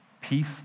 Peace